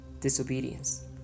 disobedience